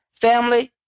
Family